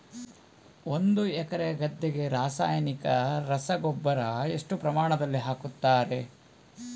ಒಂದು ಎಕರೆ ಗದ್ದೆಗೆ ರಾಸಾಯನಿಕ ರಸಗೊಬ್ಬರ ಎಷ್ಟು ಪ್ರಮಾಣದಲ್ಲಿ ಹಾಕುತ್ತಾರೆ?